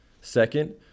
Second